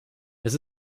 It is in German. das